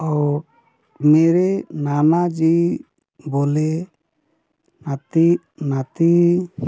और मेरे नानाजी बोले अति मति